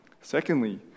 Secondly